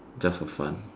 just for fun